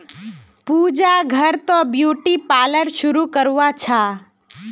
पूजा दी घर त ब्यूटी पार्लर शुरू करवा चाह छ